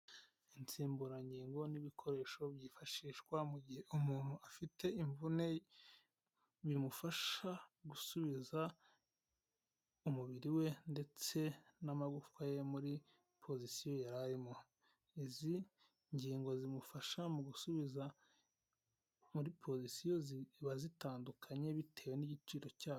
Insimburangingo n'ibikoresho byifashishwa mu gihe umuntu afite imvune, bimufasha gusubiza umubiri we ndetse n'amagufwa ye muri pozisiyo yari arimo. Izi ngingo zimufasha mu gusubiza muri pozisiyo, ziba zitandukanye bitewe n'igiciro cyayo.